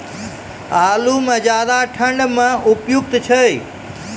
आलू म ज्यादा ठंड म उपयुक्त छै?